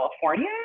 California